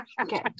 Okay